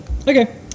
okay